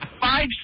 five